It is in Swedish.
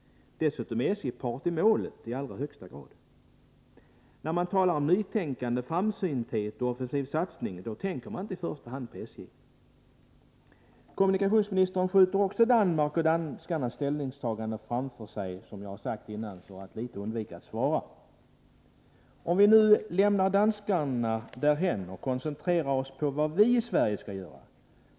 Dessutom är SJ i allra högsta grad part i målet. När man talar om nytänkande, framsynthet och offensiv satsning tänker man inte i första hand på SJ. Som jag sade tidigare skjuter kommunikationsministern danskarnas ställningstagande framför sig för att undvika att svara. Men låt oss lämna danskarna därhän och koncentrera oss på frågan om vad vi i Sverige skall göra!